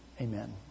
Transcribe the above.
Amen